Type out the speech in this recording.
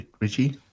Richie